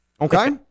Okay